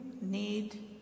need